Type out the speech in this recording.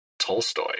Tolstoy